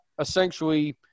essentially